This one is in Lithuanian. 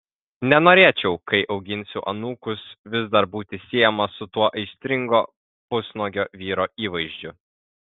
nenorėčiau kai auginsiu anūkus vis dar būti siejamas su tuo aistringo pusnuogio vyro įvaizdžiu